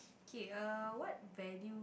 kay err what value